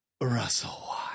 Russell